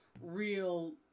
real